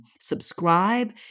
subscribe